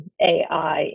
AI